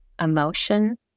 emotion